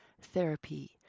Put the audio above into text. therapy